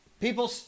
People